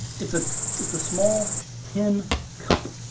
it's ah it's a small tin cup.